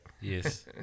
Yes